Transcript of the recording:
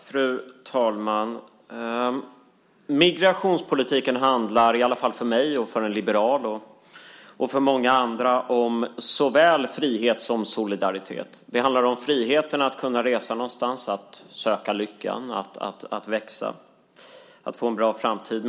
Fru talman! Migrationspolitiken handlar, i alla fall för mig, för en liberal och för många andra om såväl frihet som solidaritet. Det handlar om friheten att kunna resa någonstans, att söka lyckan, att växa, att få en bra framtid.